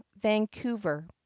vancouver